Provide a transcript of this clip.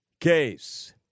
case